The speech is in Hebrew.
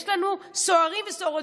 יש לנו סוהרים וסוהרות,